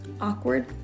awkward